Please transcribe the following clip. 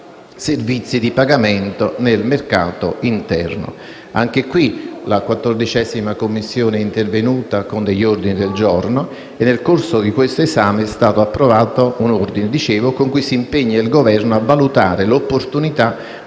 servizi di pagamento nel mercato interno. Anche in questo caso la 14a Commissione è intervenuta con alcuni ordini del giorno e nel corso di questo esame ne è stato approvato in particolare uno con il quale si impegna il Governo a valutare l'opportunità